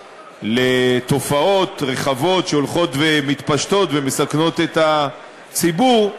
לתופעות רחבות שהולכות ומתפשטות ומסכנות את הציבור,